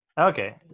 Okay